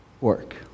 work